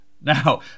Now